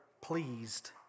pleased